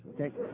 okay